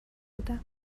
بودم